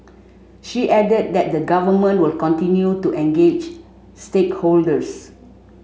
she added that the Government will continue to engage stakeholders